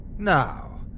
Now